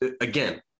again